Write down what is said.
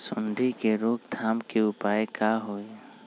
सूंडी के रोक थाम के उपाय का होई?